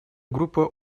группа